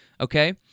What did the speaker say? okay